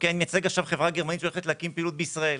אני מייצג עכשיו חברה גרמנית שהולכת להגדיל פעילות בישראל.